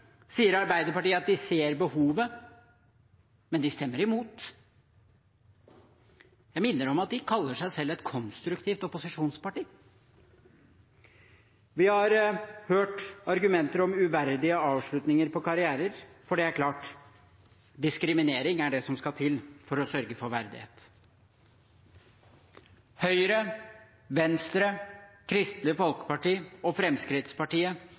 sier Arbeiderpartiet at de ser behovet, men de stemmer imot. Jeg minner om at de kaller seg selv et konstruktivt opposisjonsparti. Vi har hørt argumenter om uverdige avslutninger på karrierer. For det er klart – diskriminering er det som skal til for å sørge for verdighet. Høyre, Venstre, Kristelig Folkeparti og Fremskrittspartiet